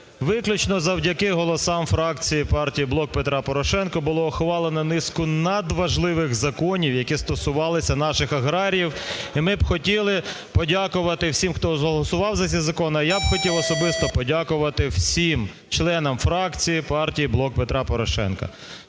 виключно завдяки голосам фракція Партії "Блок Петра Порошенка" було ухвалено низку надважливих законів, які стосувалися наших аграріїв. І ми б хотіли подякувати всім, хто голосував за ці закони. А я б хотів особисто подякувати всім членам фракції партії "Блок Петра Порошенка".